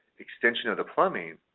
extension of the plumbing,